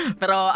pero